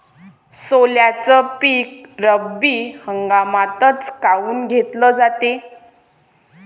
सोल्याचं पीक रब्बी हंगामातच काऊन घेतलं जाते?